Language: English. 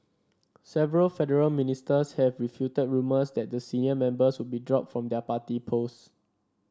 several federal ministers have refuted rumours that the senior members would be dropped from their party posts